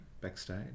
backstage